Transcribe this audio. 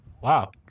wow